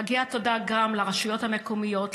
מגיעה תודה גם לרשויות המקומיות,